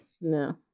No